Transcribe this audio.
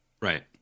Right